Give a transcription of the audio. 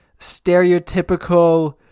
stereotypical